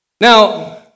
Now